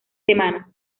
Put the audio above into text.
semanas